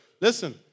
Listen